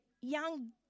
young